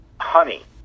honey